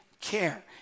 care